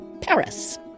Paris